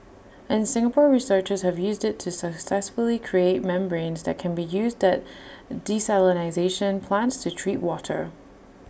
and Singapore researchers have used IT to successfully create membranes that can be used that plants to treat water